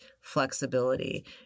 flexibility